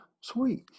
Sweet